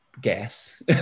guess